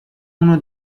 uno